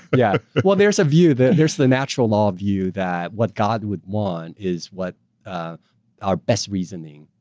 but yeah well there's a view that there's the natural law of you that, what god would want is what our best reasoning,